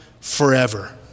forever